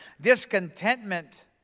discontentment